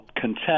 contest